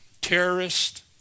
terrorist